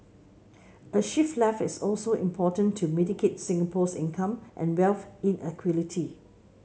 a shift left is also important to mitigate Singapore's income and wealth inequality